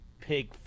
Pig